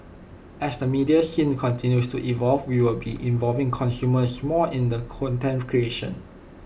as the media scene continues to evolve we will be involving consumers more in the content creation